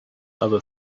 other